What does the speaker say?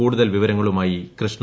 കൂടുതൽ വിവരങ്ങളുമായി കൃഷ്ണ